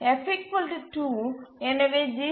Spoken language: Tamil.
F 2 எனவே ஜி